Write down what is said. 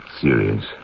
serious